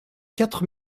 quatre